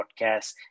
podcast